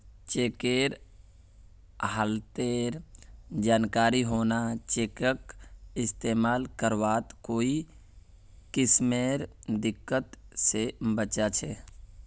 चेकेर हालतेर जानकारी होना चेकक इस्तेमाल करवात कोई किस्मेर दिक्कत से बचा छे